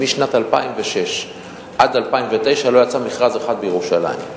שמשנת 2006 עד 2009 לא יצא מכרז אחד בירושלים,